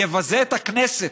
ויבזה את הכנסת,